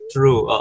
True